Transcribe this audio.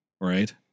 right